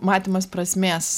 matymas prasmės